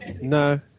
No